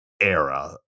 era